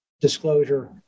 disclosure